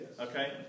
Okay